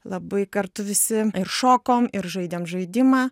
labai kartu visi ir šokom ir žaidėm žaidimą